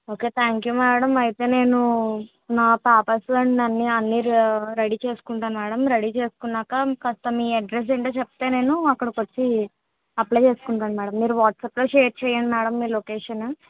okay thank you madam అయితే నేను నా పేపర్స్ అన్ని అన్ని ర రెడీ చేస్కుంటాను మేడం రెడీ చేసుకున్నాక కాస్త మీ అడ్రస్ ఏంటో చెప్తే నేను అక్కడికి వచ్చి అప్లై చేసుకుంటాను మేడం మీరు వాట్సాప్లో షేర్ చేయండి మేడం మీ లొకేషన్